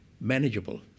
manageable